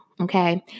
okay